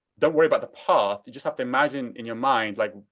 don't worry about the path. just have to imagine in your mind, like,